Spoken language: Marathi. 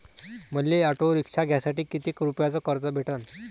मले ऑटो रिक्षा घ्यासाठी कितीक रुपयाच कर्ज भेटनं?